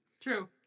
True